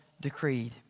decreed